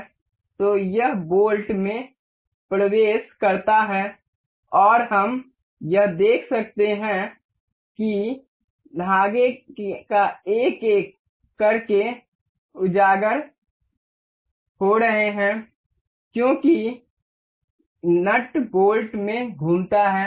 तो अब यह बोल्ट में प्रवेश करता है और हम यह देख सकते हैं कि धागे एक एक करके उजागर हो रहे हैं क्योंकि नट बोल्ट में घूमता है